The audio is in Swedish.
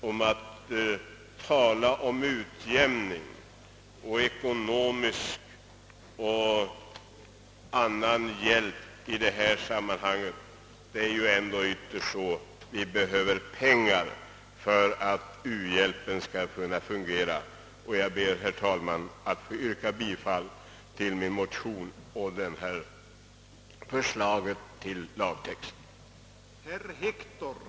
Om vi kunde enas om ett sådant förslag, skulle vi visa att vi menar allvar med talet om utjämning och ekonomisk och annan hjälp i detta sammanhang. Det är ju ändå ytterst så, att det behövs pengar för att u-hjälpen skall kunna fungera. Jag ber, herr talman, att få yrka bifall till min motion och till förslaget till författningstext.